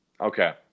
Okay